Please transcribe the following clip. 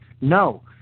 No